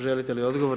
Želite li odgovor?